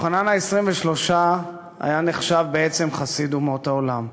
יוחנן ה-23 נחשב בעצם חסיד אומות עולם.